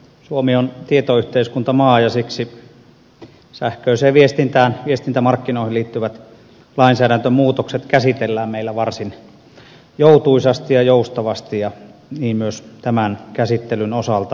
suomi on tietoyhteiskuntamaa ja siksi sähköiseen viestintään viestintämarkkinoihin liittyvät lainsäädäntömuutokset käsitellään meillä varsin joutuisasti ja joustavasti niin myös tämän käsittelyn osalta